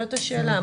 זאת השאלה.